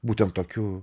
būtent tokiu